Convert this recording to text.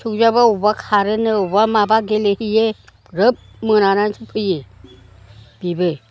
फिसौजोआबो बबावबा खारोनो बबावबा माबा गेलेहैयो ग्रोब मोनानानैसो फैयो बिबो